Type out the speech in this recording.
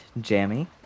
Jammy